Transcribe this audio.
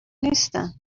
نیستن